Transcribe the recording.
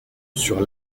sur